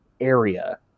area